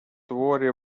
worry